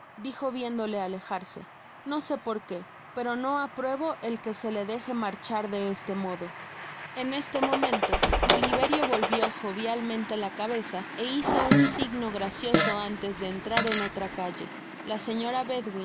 dijo viéndole alejarse no se poique pero no apruebo el que se le deje marchar de este modo en este momento oliverio volvió jovialmente la cabeza é hi zo un signo gracioso antes de entrar en otra calle la señora